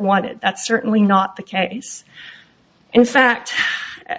wanted that's certainly not the case in fact